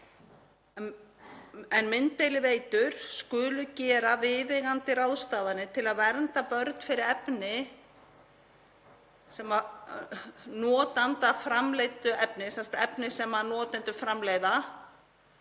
Mynddeiliveitur skulu gera viðeigandi ráðstafanir til að vernda börn fyrir efni, notandaframleiddu